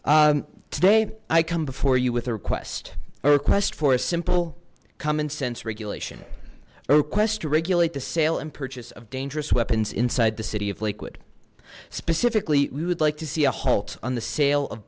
district today i come before you with a request a request for a simple common sense regulation a request to regulate the sale and purchase of dangerous weapons inside the city of lakewood specifically we would like to see a halt on the sale of